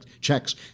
checks